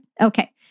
Okay